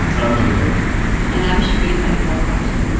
i'm gene demby and i'm shereen marisol meraji.